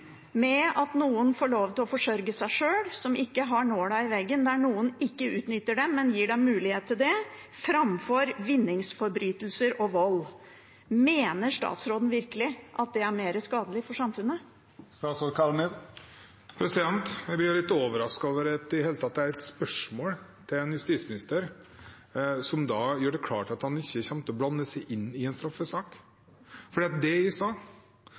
at noen som ikke har nåla i veggen, får lov til å forsørge seg sjøl, at noen ikke utnytter dem, men gir dem mulighet til det framfor vinningsforbrytelser og vold. Mener statsråden virkelig at det er mer skadelig for samfunnet? Jeg blir litt overrasket over at det i det hele tatt er et spørsmål til en justisminister som gjør det klart at han ikke kommer til å blande seg inn i en straffesak. Det jeg sa, var at Stålsett må straffeforfølges på lik linje som alle andre – altså at det